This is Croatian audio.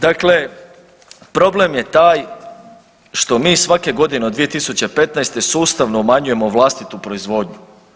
Dakle, problem je taj što mi svake godine od 2015. sustavno umanjujemo vlastitu proizvodnju.